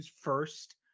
first